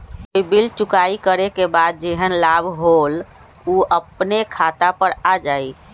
कोई बिल चुकाई करे के बाद जेहन लाभ होल उ अपने खाता पर आ जाई?